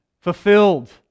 fulfilled